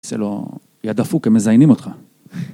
עושה לו "יא דפוק, הם מזיינים אותך".